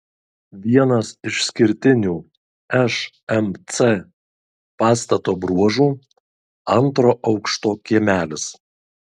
vienas išskirtinių šmc pastato bruožų antro aukšto kiemelis